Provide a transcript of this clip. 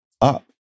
up